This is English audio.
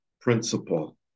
principle